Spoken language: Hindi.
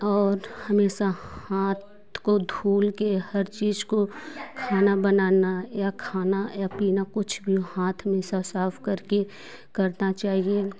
और हमेशा हाथ को धूल के हर चीज़ को खाना बनाना या खाना या पीना कुछ भी हो हाथ हमेशा साफ करके करना चाहिए